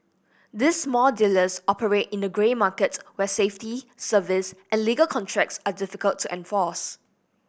these small dealers operate in the grey market where safety service and legal contracts are difficult to enforce